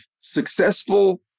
successful